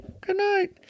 Goodnight